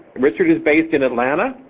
richard is based in atlanta.